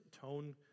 tone